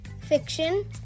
fiction